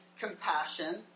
compassion